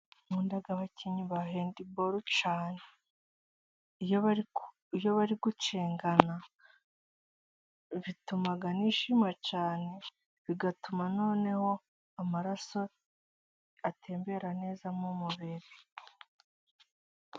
Nkunda abakinnyi ba hendiboro cyane. Iyo bari gucengana bituma nishima cyane, bigatuma noneho amaraso atembera neza mu mubiri.